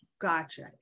Gotcha